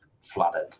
flooded